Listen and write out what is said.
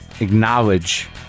acknowledge